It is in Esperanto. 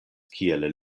kiel